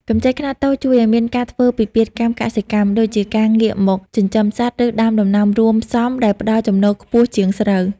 កម្ចីខ្នាតតូចជួយឱ្យមានការធ្វើពិពិធកម្មកសិកម្ម ដូចជាការងាកមកចិញ្ចឹមសត្វ ឬដាំដំណាំរួមផ្សំដែលផ្ដល់ចំណូលខ្ពស់ជាងស្រូវ។